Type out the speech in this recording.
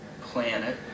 planet